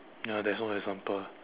ya there's no example